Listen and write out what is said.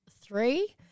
three